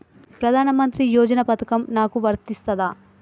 ప్రధానమంత్రి యోజన పథకం నాకు వర్తిస్తదా?